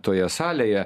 toje salėje